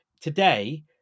today